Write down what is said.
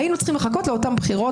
אני רוצה לענות לשרון ניר.